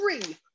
three